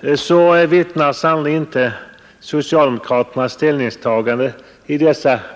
men socialdemokraternas ställningstaganden i de